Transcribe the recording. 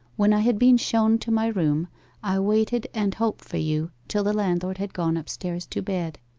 when i had been shown to my room i waited and hoped for you till the landlord had gone upstairs to bed.